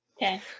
Okay